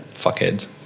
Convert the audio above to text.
fuckheads